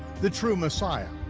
the true messiah.